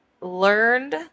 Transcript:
learned